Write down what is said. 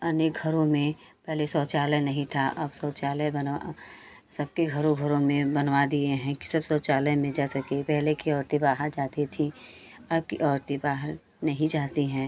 अनेक घरों में पहले शौचालय नहीं था अब शौचालय बनवा सबके घरों घरों में बनवा दिए हैं कि सब शौचालय में जा सके पहले की औरतें बाहर जाती थीं अब की औरतें बाहर नहीं जाती हैं